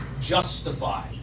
justify